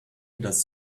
does